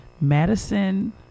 Madison